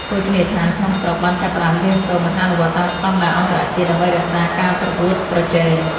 ភោជនីយដ្ឋានក្នុងស្រុកបានចាប់ផ្តើមរៀនសូត្រ និងអនុវត្តតាមស្តង់ដារអន្តរជាតិដើម្បីរក្សាការប្រកួតប្រជែង។